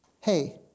hey